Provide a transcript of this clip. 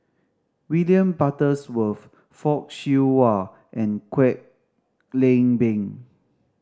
William Butterworth Fock Siew Wah and Kwek Leng Beng